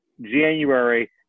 January